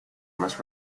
must